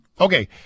Okay